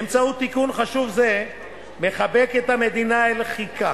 באמצעות תיקון חשוב זה מחבקת המדינה אל חיקה